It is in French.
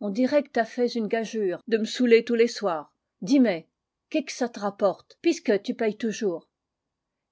on dirait qu t'as fait une gageure de m soûler tous les soirs dis mé que qu ça te rapporte pisque tu payes toujours